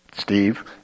Steve